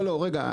לא, רגע.